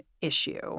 issue